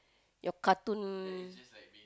your cartoon